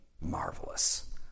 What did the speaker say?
marvelous